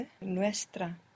nuestra